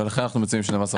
ולכן אנחנו מציעים 12 חודשים.